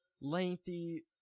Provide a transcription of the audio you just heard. lengthy